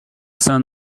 sun